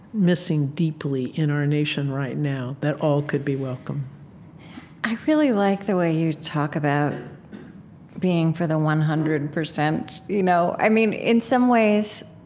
missing deeply in our nation right now that all could be welcome i really like the way you talk about being for the one hundred and percent. you know? know? i mean, in some ways,